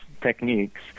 techniques